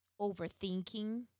overthinking